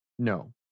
No